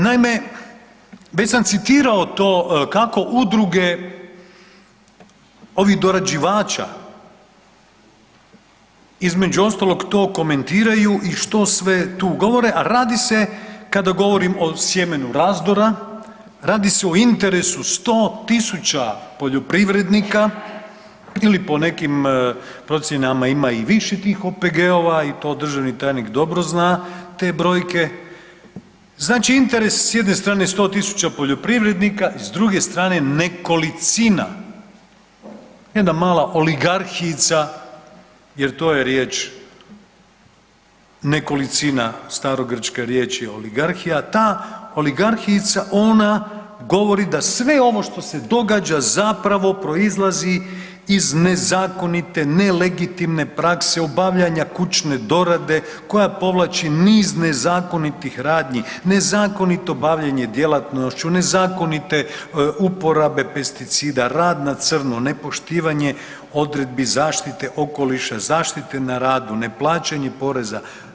Naime, već sam citirao to kako udruge ovih dorađivača između ostalog to komentiraju i što sve tu govore, a radi se, kada govorim o sjemenu razdora, radi se o interesu 100.000 poljoprivrednika ili po nekim procjenama ima i više tih OPG-ova i to državni tajnik dobro zna te brojke, znači interes s jedne strane 100.000 poljoprivrednika i s druge strane nekolicina, jedna mala oligarhijica, jer to je riječ nekolicina, starogrčka riječ je „oligarhija“, ta oligarhijica ona govori da sve ovo što se događa zapravo proizlazi iz nezakonite i nelegitimne prakse obavljanja kućne dorade koja povlači niz nezakonitih radnji, nezakonito bavljenje djelatnošću, nezakonite uporabe pesticida, rad na crno, nepoštivanje odredbi zaštite okoliša, zaštite na radu, neplaćanje poreza.